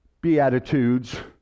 beatitudes